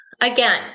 again